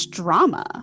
drama